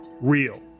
real